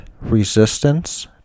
Resistance